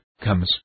comes